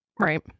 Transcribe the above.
Right